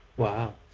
Wow